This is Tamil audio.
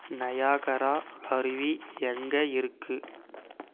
நயாகரா அருவி எங்கே இருக்கு